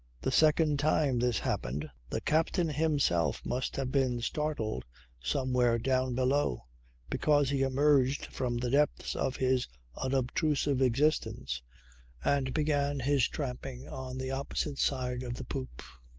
the second time this happened the captain himself must have been startled somewhere down below because he emerged from the depths of his unobtrusive existence and began his tramping on the opposite side of the poop.